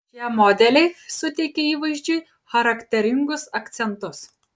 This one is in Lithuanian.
šie modeliai suteikia įvaizdžiui charakteringus akcentus